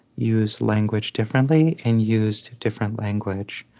use language differently and used different language